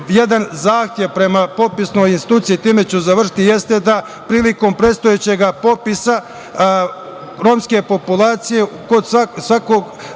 jedan zahtev prema popisnoj instituciji, time ću završiti, jeste da, prilikom predstojećeg popisa romske populacije kod svakog